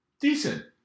decent